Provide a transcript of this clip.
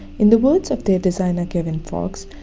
in the words of their designer kevin fox,